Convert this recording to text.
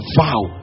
vow